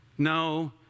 No